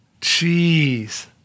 Jeez